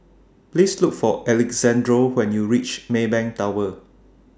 Please Look For Alexandro when YOU REACH Maybank Tower